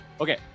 Okay